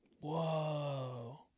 Whoa